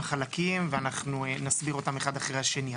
חלקים ואנחנו נסביר אותם אחד אחרי השני.